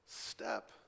step